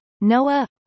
Noah